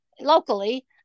locally